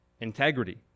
integrity